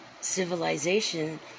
civilization